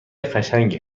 قشنگی